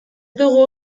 dugu